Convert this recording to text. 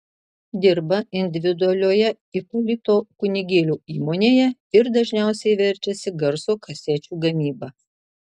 dirba individualioje ipolito kunigėlio įmonėje ir dažniausiai verčiasi garso kasečių gamyba